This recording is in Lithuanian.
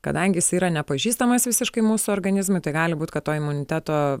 kadangi jis yra nepažįstamas visiškai mūsų organizmui tai gali būt kad to imuniteto